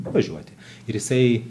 važiuoti ir jisai